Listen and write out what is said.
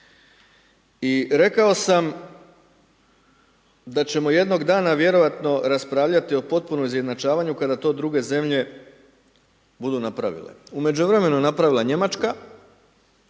I rekao sam da ćemo jednog dana vjerovatno raspravljati o potpunom izjednačavanju kada to druge zemlje budu napravile. U međuvremenu je napravila Njemačka